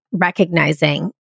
Recognizing